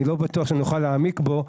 אני לא בטוח שנוכל להעמיק בו,